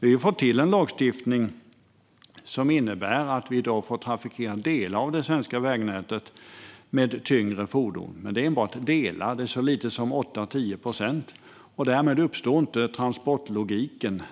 Vi vill få fram en lagstiftning som innebär att vi i dag får trafikera delar av det svenska vägnätet med tyngre fordon. Men det är enbart fråga om delar - och det är så lite som 8-10 procent - och därmed uppstår inte transportlogiken.